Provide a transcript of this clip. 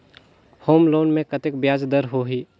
Home loan मे कतेक ब्याज दर होही?